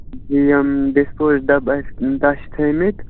بیٚیہِ یِم ڈِسپوز ڈبہٕ ٲس کٲتیٛاہ چھِ تھٲومٕتۍ